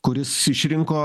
kuris išrinko